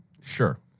Sure